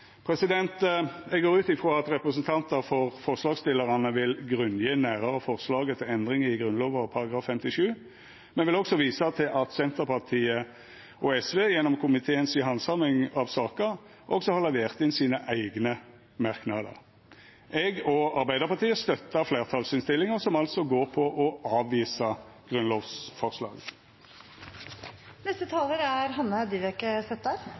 Eg går ut frå at representantar for forslagsstillarane vil grunngje nærare forslaget til endring i Grunnlova § 57, men vil visa til at Senterpartiet og SV gjennom komiteen si handsaming av saka også har levert inn sine eigne merknader. Eg og Arbeidarpartiet støttar fleirtalsinnstillinga, som altså går ut på å avvisa grunnlovsforslaget. Differansen på antall med stemmerett mellom lokalvalg og stortingsvalg er